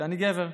אני גבר,